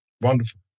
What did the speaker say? Wonderful